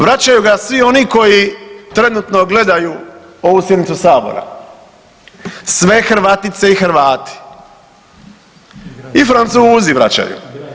Vraćaju ga svi oni koji trenutno gledaju ovu sjednicu Sabora sve Hrvatice i Hrvati i Francuzi vraćaju.